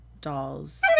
dolls